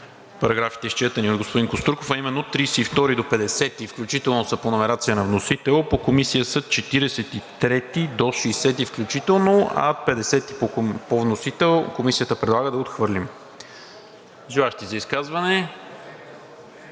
параграфите, изчетени от господин Костурков, а именно от § 32 до § 50 включително са по номерация на вносител, по Комисия са от § 43 до § 60 включително, а § 50 по вносител Комисията предлага да отхвърлим. Желаещи за изказване?